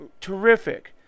Terrific